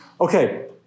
Okay